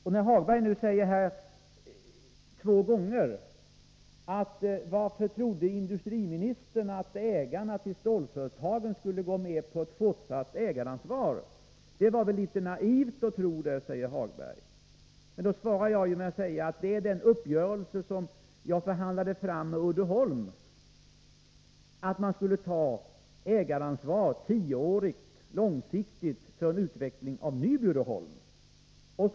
Lars-Ove Hagberg frågar här två gånger: Varför trodde industriministern att ägarna till stålföretagen skulle gå med på ett fortsatt ägaransvar? Det var väl litet naivt att tro det, säger Lars-Ove Hagberg. Jag vill svara: Den uppgörelse som jag förhandlade fram med Uddeholm innebär att ägarna har ett tioårigt, långsiktigt, ägaransvar för utvecklingen i Nyby Uddeholm.